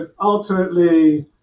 ultimately